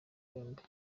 yombi